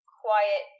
quiet